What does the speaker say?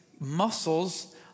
Muscles